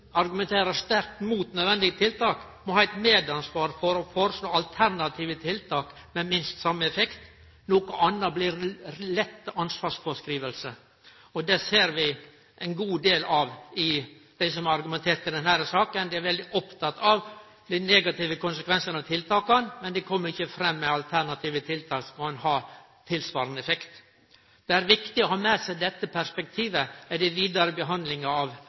argumenterer sterkt mot nødvendige tiltak, må ha eit medansvar for å føreslå alternative tiltak med minst same effekt. Noko anna blir ei lett ansvarsfråskriving. Det ser vi ein god del av hos dei som argumenterte for denne saka – dei er veldig opptekne av dei negative konsekvensane av tiltaka, men dei kjem ikkje fram med alternative tiltak som kan ha ein tilsvarande effekt. Det er viktig å ha med seg dette perspektivet i den vidare behandlinga av